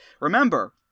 Remember